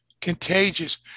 contagious